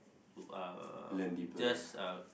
uh just uh